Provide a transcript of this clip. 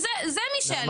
זה מי שאלים.